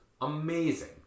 amazing